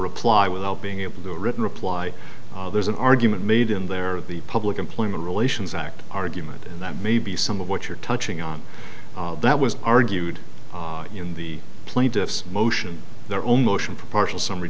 reply without being able the written reply there's an argument made in there of the public employment relations act argument and that maybe some of what you're touching on that was argued in the plaintiff's motion their own motion for partial summary